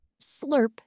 Slurp